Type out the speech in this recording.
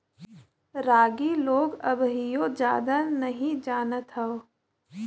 रागी लोग अबहिओ जादा नही जानत हौ